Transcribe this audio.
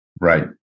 Right